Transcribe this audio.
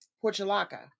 portulaca